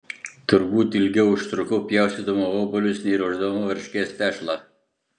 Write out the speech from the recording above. turbūt ilgiau užtrukau pjaustydama obuolius nei ruošdama varškės tešlą